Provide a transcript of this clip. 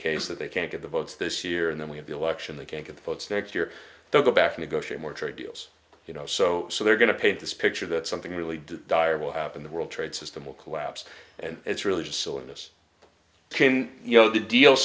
case that they can't get the votes this year and then we have the election they can't get the votes next year they'll go back negotiate more trade deals you know so so they're going to paint this picture that something really does dire will happen the world trade system will collapse and it's really just silliness you know the deal